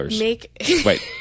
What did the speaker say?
Wait